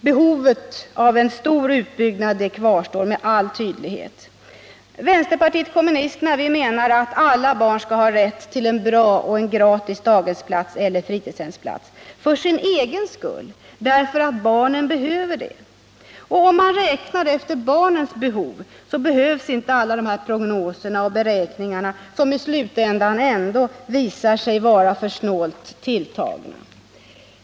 Behovet av en stor utbyggnad kvarstår med all tydlighet. Vänsterpartiet kommunisterna menar att alla barn skall ha rätt till en bra och gratis daghemseller fritidshemsplats för sin egen skull, därför att barnen behöver det. Om man räknar efter barnets behov behövs inte alla dessa prognoser och beräkningar, som i slutändan ändå visar sig vara för snålt tilltagna.